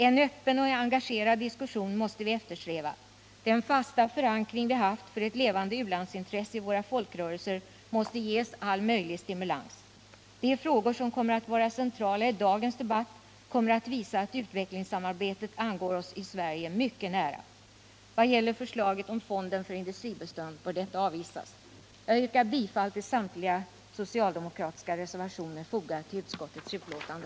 En öppen och engagerad diskussion måste vi eftersträva. Den fasta förankring vi haft för ett levande u-landsintresse i våra folkrörelser måste ges all möjlig stimulans. De frågor som kommer att vara centrala i dagens debatt kommer att visa att utvecklingssamarbetet angår oss i Sverige mycket nära. När det gäller förslaget om fonden för industribistånd vill jag säga att detta bör avvisas. Jag yrkar bifall till samtliga s-reservationer fogade till utskottets betänkande.